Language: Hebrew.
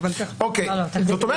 זאת אומרת,